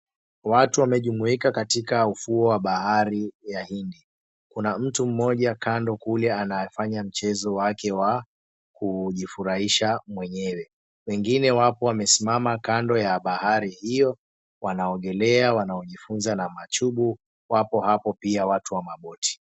Watu wamejumuika katika ufuo wa bahari ya Hindi. Kuna mtu mmoja kando yule anayefanya mchezo wake wakujifurahisha mwenyewe wengine wapo wamesimama kando ya bahari hiyo wanaogelea Wanaojifunza na machugu wapo hapo pia watu wa mabuti